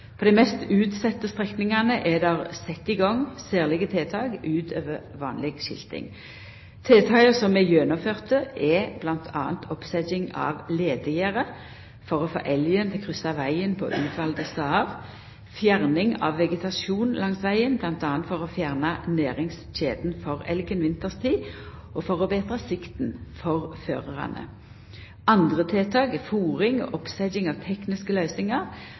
På dei mest utsette strekningane er det sett i gang særlege tiltak utover vanleg skilting. Tiltaka som er gjennomførte, er m.a. oppsetjing av ledegjerde for å få elgen til å kryssa vegen på utvalde stader, fjerning av vegetasjon langs vegen, m.a. for å fjerna næringskjelda for elgen vinterstid og for å betra sikten for førarane. Andre tiltak er fôring og oppsetjing av tekniske løysingar